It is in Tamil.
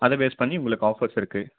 அதை பேஸ் பண்ணி உங்களுக்கு ஆஃபர்ஸ் இருக்குது